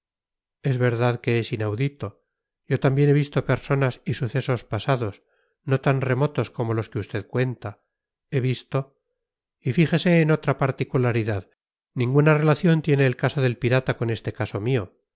en verdad que es inaudito yo también yo también he visto personas y sucesos pasados no tan remotos como los que usted cuenta he visto y fíjese en otra particularidad ninguna relación tiene el caso del pirata con este caso mío